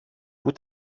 που